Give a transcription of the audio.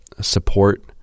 support